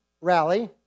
rally